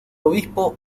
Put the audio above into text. obispo